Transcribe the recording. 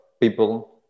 people